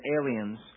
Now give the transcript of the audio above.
aliens